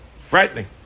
Frightening